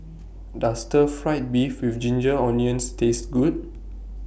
Does Stir Fried Beef with Ginger Onions Taste Good